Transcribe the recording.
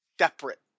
separate